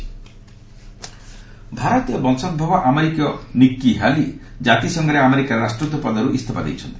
ହେଲି ରିଜାଇନ୍ ଭାରତୀୟ ବଂଶୋଭବ ଆମେରିକୀୟ ନିକ୍କି ହ୍ୟାଲି କାତିସଂଘରେ ଆମେରିକାର ରାଷ୍ଟ୍ରଦୂତ ପଦରୁ ଇସ୍ତଫା ଦେଇଛନ୍ତି